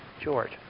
George